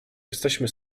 jesteśmy